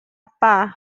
apa